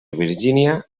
virgínia